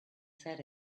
said